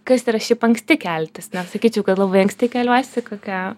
kas yra šiaip anksti keltis nesakyčiau kad labai anksti keliuosi kokią